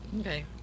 Okay